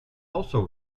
also